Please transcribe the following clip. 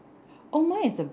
oh mine is a